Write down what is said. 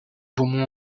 beaumont